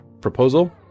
proposal